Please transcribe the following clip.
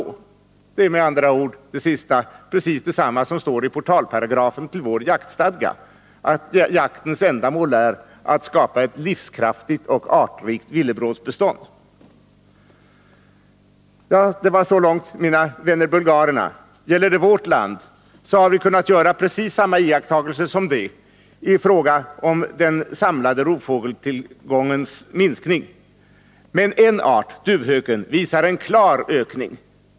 Det sista är med andra ord precis detsamma som står i portalparagrafen i vår jaktstadga, nämligen att jaktens ändamål är att skapa ett livskraftigt och artrikt villebrådsbestånd. Så långt mina vänner bulgarerna. När det gäller vårt land har vi kunnat göra samma iakttagelser som de i fråga om den samlade rovfågelstillgångens minskning. Men en art, duvhöken, visar en klar ökning.